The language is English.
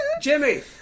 Jimmy